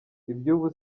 iby’ubu